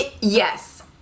Yes